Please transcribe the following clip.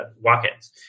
walk-ins